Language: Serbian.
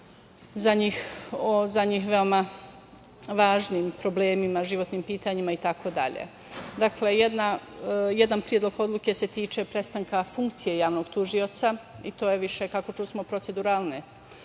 za njih veoma važnim problemima, životnim pitanjima itd. Dakle, jedan predlog odluke se tiče prestanka funkcije javnog tužioca i to je više, kako čusmo, proceduralne